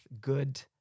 good